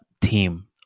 team